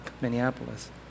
Minneapolis